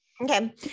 Okay